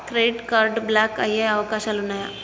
Credit card block అయ్యే అవకాశాలు ఉన్నయా?